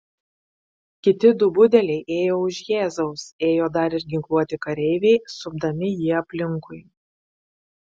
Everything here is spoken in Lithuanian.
kiti du budeliai ėjo už jėzaus ėjo dar ir ginkluoti kareiviai supdami jį aplinkui